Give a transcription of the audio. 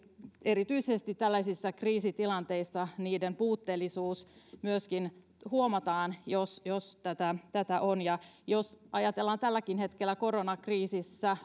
erityisesti tällaisissa kriisitilanteissa tämä puutteellisuus myöskin huomataan jos jos tätä tätä on ja jos ajatellaan tälläkin hetkellä koronakriisissä